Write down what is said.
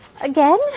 Again